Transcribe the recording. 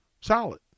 Solid